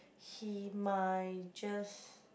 he might just